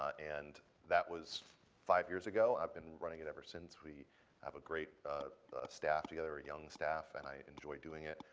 and that was five years ago and i've been running it ever since. we have a great staff together, a young staff, and i enjoy doing it.